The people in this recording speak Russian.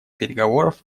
переговоров